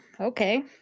okay